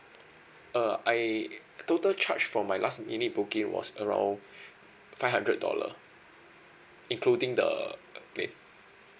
uh I total charge for my last minute booking was around five hundred dollar including the okay